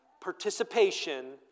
participation